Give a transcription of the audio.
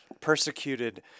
persecuted